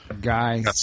guy